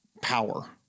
power